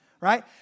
right